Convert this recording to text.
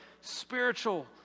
spiritual